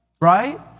right